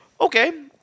Okay